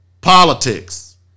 politics